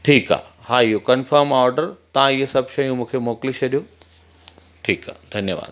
ठीकु आहे हा इहो कंफ़र्म आहे ऑडर तव्हां इहे सभु शयूं मूंखे मोकिले छॾियो ठीकु आहे धन्यवाद